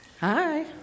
hi